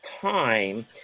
time